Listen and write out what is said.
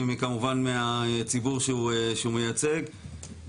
וכמובן מהציבור שהוא מייצג,